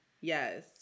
yes